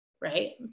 Right